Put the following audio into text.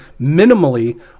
minimally